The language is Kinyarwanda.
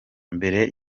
mbere